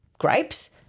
Grapes